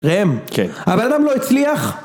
ראם?, כן הבן אדם לא הצליח?